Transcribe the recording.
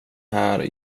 här